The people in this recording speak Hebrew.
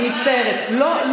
אני מצטערת, לא.